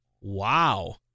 Wow